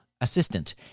assistant